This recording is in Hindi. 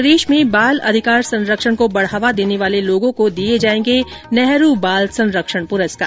प्रदेश में बाल अधिकार संरक्षण को बढ़ावा देने वाले लोगों को दिए जाएंगे नेहरू बाल संरक्षण पुरस्कार